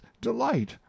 delight